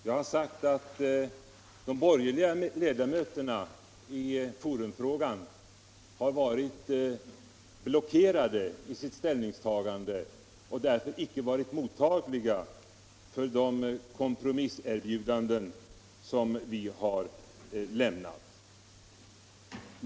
Jag har sagt att de borgerliga ledamöterna varit blockerade i sitt ställningstagande i forumfrågan och därför icke varit mottagliga för det kompromisserbjudande som vi har gjort.